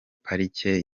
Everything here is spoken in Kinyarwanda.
parike